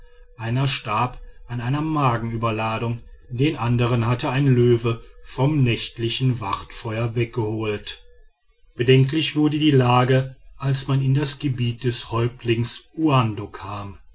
einer starb an einer magenüberladung den andern hatte ein löwe vom nächtlichen wachtfeuer weggeholt bedenklich wurde die lage als man in das gebiet des häuptlings uando kam